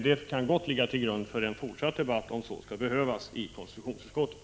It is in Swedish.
Det kan gott ligga till grund för en fortsatt debatt, om så skulle behövas, i konstitutionsutskottet.